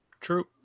True